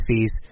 fees